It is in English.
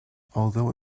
although